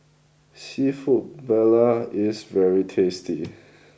Seafood Paella is very tasty